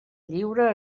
lliure